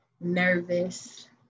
nervous